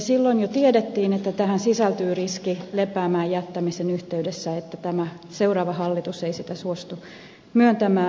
silloin jo tiedettiin että tähän sisältyy riski lepäämään jättämisen yhteydessä että tämä seuraava hallitus ei sitä suostu myöntämään